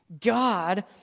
God